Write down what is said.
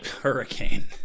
hurricane